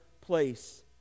place